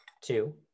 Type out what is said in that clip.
two